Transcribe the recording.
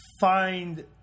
find